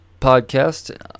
podcast